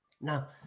Now